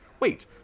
wait